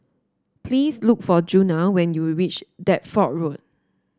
please look for Djuna when you reach Deptford Road